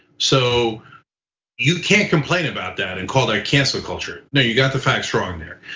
so you can't complain about that and called a cancel culture. now, you got the facts wrong there,